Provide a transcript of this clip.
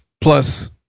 plus